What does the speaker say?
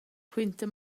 quinta